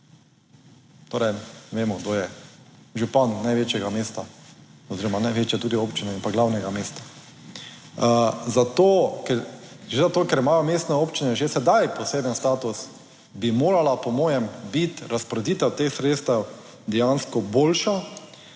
Torej, vemo kdo je župan največjega mesta oziroma največje tudi občine in pa glavnega mesta. Zato, ker, že zato, ker imajo mestne občine že sedaj poseben status, bi morala po mojem biti razporeditev teh sredstev dejansko boljša,